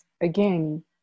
again